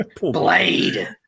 Blade